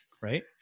right